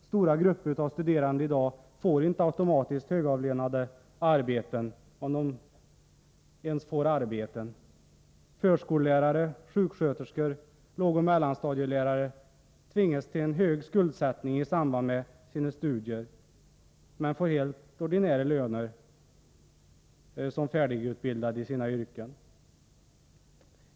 Stora grupper av studerande får i dag inte automatiskt högavlönade arbeten, om de ens får arbeten. Förskollärare, sjuksköterskor, lågoch mellanstadielärare tvingas till hög skuldsättning i samband med sina studier men får helt ordinära löner som färdigutbildade i sina yrken.